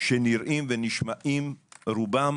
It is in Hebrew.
שנראים ונשמעים רובם